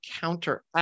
counteract